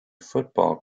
football